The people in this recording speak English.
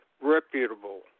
reputable